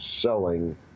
selling